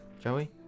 Joey